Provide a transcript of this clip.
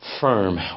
firm